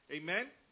¿Amen